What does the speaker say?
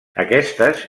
aquestes